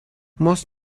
most